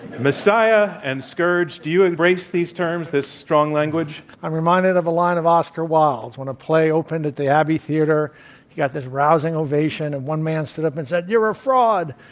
messiah and scourge, do you embrace these terms, this strong language? well, i'm reminded of a line of oscar wilde's when a play opened at the abbey theater. he got this rousing ovation. and one man stood up and said, you're a fraud.